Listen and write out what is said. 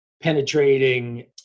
penetrating